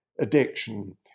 addiction